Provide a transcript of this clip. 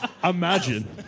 Imagine